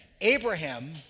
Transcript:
Abraham